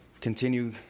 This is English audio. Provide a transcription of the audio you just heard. continue